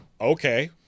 okay